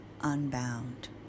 unbound